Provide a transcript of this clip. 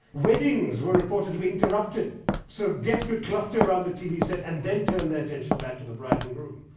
weddings were reported to be interrupted so guests could cluster around the t v. set, and then turn their attention back to the bride and groom.